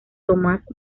tomás